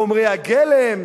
חומרי הגלם.